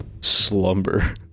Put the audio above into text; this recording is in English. slumber